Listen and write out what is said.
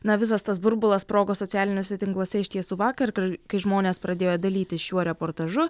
na visas tas burbulas sprogo socialiniuose tinkluose iš tiesų vakar kai kai žmonės pradėjo dalytis šiuo reportažu